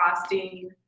costing